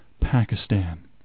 Pakistan